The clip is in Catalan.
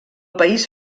país